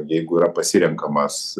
jeigu yra pasirenkamas